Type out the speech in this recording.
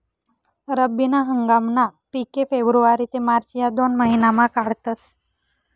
रब्बी ना हंगामना पिके फेब्रुवारी ते मार्च या दोन महिनामा काढातस